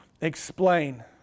explain